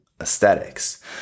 aesthetics